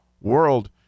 world